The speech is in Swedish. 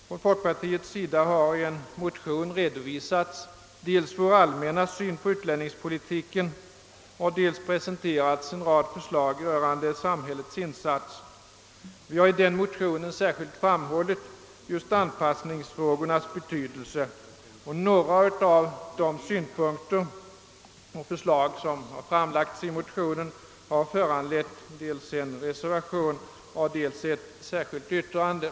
Från folkpartiets sida har i en motion redovisats dels vår allmänna syn på utlänningspolitiken, dels en rad förslag rörande samhällets insatser. Vi har i den motionen särskilt framhållit anpassningsfrågornas betydelse, och några av de synpunkter och förslag som har framlagts i motionen har föranlett dels en reservation, dels ett särskilt yttrande.